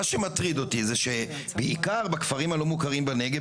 מה שמטריד אותי זה שבעיקר בכפרים הלא מוכרים בנגב,